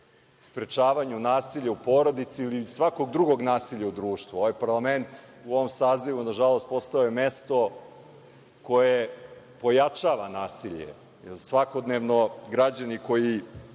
sprečavanju nasilja u porodici ili svakog drugog nasilja u društvu. Ovaj parlament u ovom sazivu, na žalost, postao je mesto koje ojačava nasilje. Svakodnevno građani koji